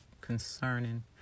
concerning